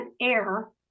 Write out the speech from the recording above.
air